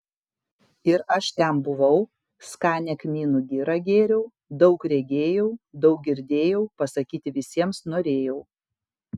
ir aš ten buvau skanią kmynų girą gėriau daug regėjau daug girdėjau pasakyti visiems norėjau